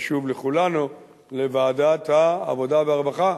חשוב לכולנו, לוועדת, העבודה והרווחה?